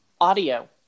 audio